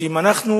שאם אנחנו